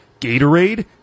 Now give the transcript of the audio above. Gatorade